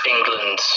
England